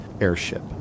airship